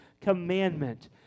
commandment